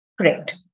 Correct